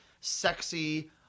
sexy